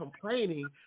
complaining